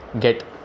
get